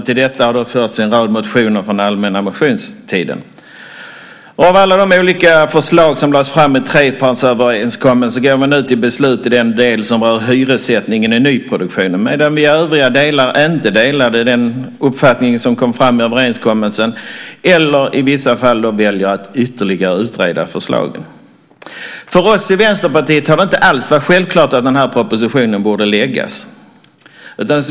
Till detta har förts en rad motioner från allmänna motionstiden. Av alla de olika förslag som lades fram i trepartsöverenskommelsen går vi nu till beslut i den del som rör hyressättningen i nyproduktionen, medan vi i övriga delar inte delar den uppfattning som kom fram i överenskommelsen eller i vissa fall väljer att ytterligare utreda förslagen. För oss i Vänsterpartiet har det inte alls varit självklart att den propositionen borde läggas.